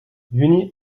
juni